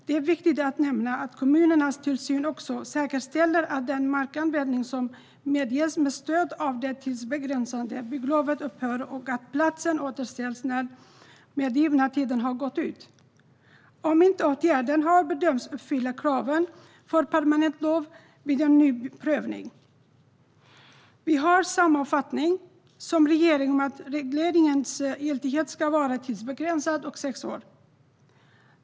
Det är viktigt att nämna att kommunernas tillsyn också säkerställer att den markanvändning som medgetts med stöd av det tidsbegränsade bygglovet upphör och att platsen återställs när den medgivna tiden har gått ut, om inte åtgärden har bedömts uppfylla kraven för permanent lov vid en ny prövning. Vi har samma uppfattning som regeringen om att regleringens giltighet ska vara tidsbegränsad till sex år.